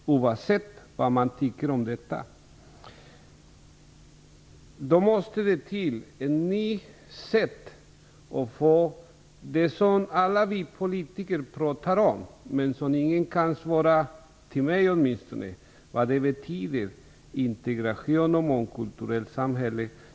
Detta är ett faktum. Då måste det till ett nytt sätt att uppnå det som alla vi politiker talar om men som ingen talar om vad det betyder - åtminstone inte för mig - nämligen integration och mångkulturellt samhälle.